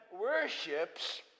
worships